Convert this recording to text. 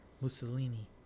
Mussolini